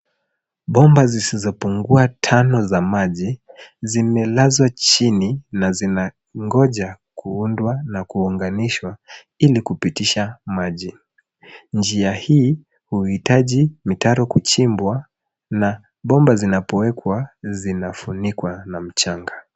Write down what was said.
Bomba zisizopungua tano za maji, zimelazwa chini na zinangoja kuundwa na kuunganishwa, ili kupitisha maji. Njia hii huitaji mitaro kuchimbwa, na bomba zinapoekwa, zinafunikwa na mchanga.